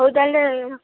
ହଉ ତାହେଲେ